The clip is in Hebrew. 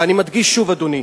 ואני מדגיש שוב, אדוני: